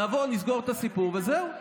נבוא, נסגור את הסיפור וזהו.